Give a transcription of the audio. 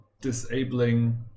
disabling